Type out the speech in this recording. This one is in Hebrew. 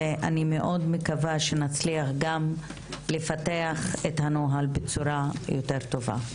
ואני מאוד מקווה שנצליח גם לפתח את הנוהל בצורה יותר טובה.